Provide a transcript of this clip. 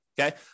Okay